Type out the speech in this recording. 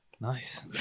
Nice